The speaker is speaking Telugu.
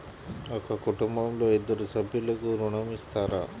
ఒక కుటుంబంలో ఇద్దరు సభ్యులకు ఋణం ఇస్తారా?